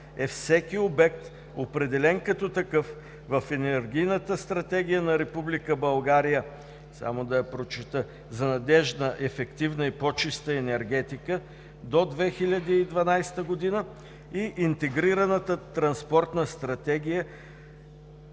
е всеки обект, определен като такъв, в Енергийната стратегия на Република България за надеждна ефективна и по-чиста енергетика до 2012 г. и Интегрираната транспортна стратегия